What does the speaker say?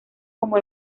como